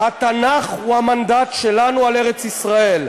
"התנ"ך הוא המנדט שלנו" על ארץ-ישראל,